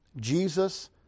Jesus